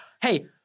hey